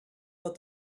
but